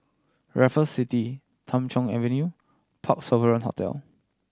Raffles City Tham Soong Avenue Parc Sovereign Hotel